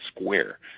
square